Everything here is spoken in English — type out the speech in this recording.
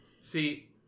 see